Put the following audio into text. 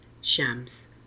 Shams